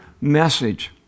message